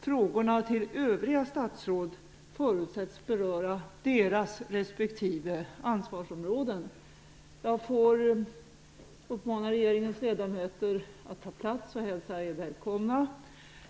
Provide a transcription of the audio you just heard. Frågorna till övriga statsråd förutsätts beröra deras respektive ansvarsområde. Jag får uppmana regeringens ledamöter att ta plats och hälsar er välkomna.